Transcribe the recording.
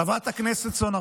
חברת הכנסת סון הר